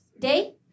Day